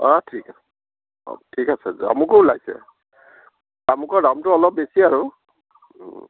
অঁ ঠিক আছে অঁ ঠিক আছে জামুকো ওলাইছে জামুকৰ দামটো অলপ বেছি আৰু